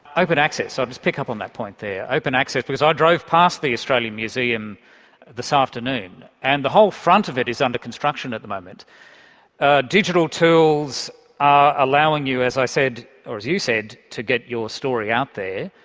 open access, i'll just pick up on that point there open access because i drove past the australian museum this afternoon, and the whole front of it is under construction at the moment digital tools are allowing you, as i said, or as you said, to get your story out there,